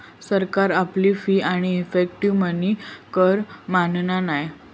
सरकार आपली फी आणि इफेक्टीव मनी कर मानना नाय